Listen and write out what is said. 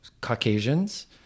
Caucasians